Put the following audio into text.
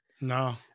No